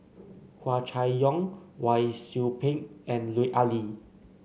Hua Chai Yong Wang Sui Pick and Lut Ali